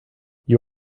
you